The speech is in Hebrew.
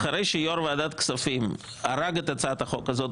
אחרי שיו"ר ועדת הכספים הרג את הצעת החוק הזאת,